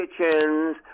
kitchens